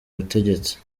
butegetsi